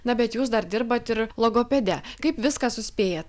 na bet jūs dar dirbat ir logopede kaip viską suspėjat